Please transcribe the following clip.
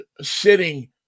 sitting